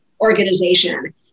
organization